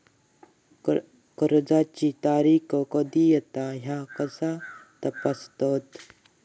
कर्जाची तारीख कधी येता ह्या कसा तपासतत?